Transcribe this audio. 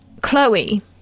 Chloe